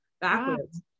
backwards